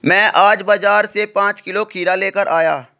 मैं आज बाजार से पांच किलो खीरा लेकर आया